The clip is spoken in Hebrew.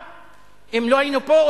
אם לא היינו פה,